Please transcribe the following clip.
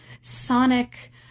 sonic